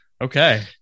Okay